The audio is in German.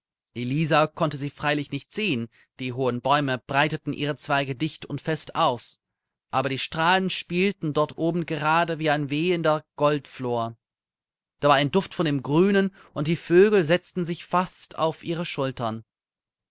elisa konnte sie freilich nicht sehen die hohen bäume breiteten ihre zweige dicht und fest aus aber die strahlen spielten dort oben gerade wie ein wehender goldflor da war ein duft von dem grünen und die vögel setzten sich fast auf ihre schultern